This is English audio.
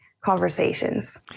conversations